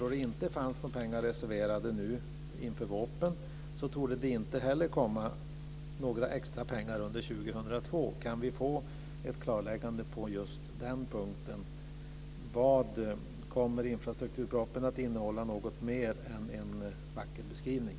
Då det inte fanns några pengar reserverade nu inför vårpropositionen torde det inte heller komma några extra pengar under 2002. Kan vi få ett klarläggande på just den punkten? Kommer infrastrukturpropositionen att innehålla något mer än en vacker beskrivning?